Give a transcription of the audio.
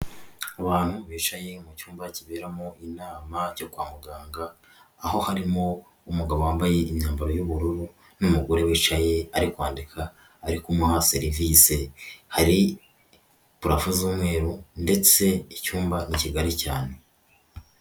Abantu bicaye mu cyumba kiberamo inama cyo kwa muganga, aho harimo umugabo wambaye imyambaro y'ubururu n'umugore wicaye ari kwandika, ari kumuha serivise. Hari purafo z'umweru ndetse icyumba ni kigari cyane.